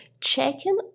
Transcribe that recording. checking